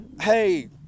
hey